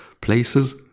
places